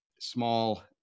small